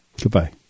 Goodbye